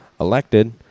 elected